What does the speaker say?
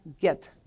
get